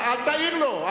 אל תעיר לו.